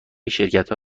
شرکتها